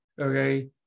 okay